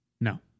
No